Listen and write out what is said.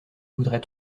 voudrais